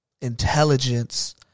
intelligence